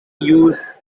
used